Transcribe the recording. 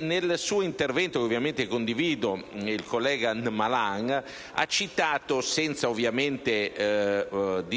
Nel suo intervento - che condivido - il collega Malan ha citato, senza ovviamente rivelare